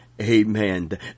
Amen